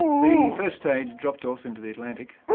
the first stage dropped off into the atlantic.